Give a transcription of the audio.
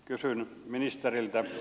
kysyn ministeriltä